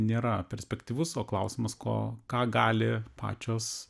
nėra perspektyvus o klausimas ko ką gali pačios